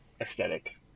aesthetic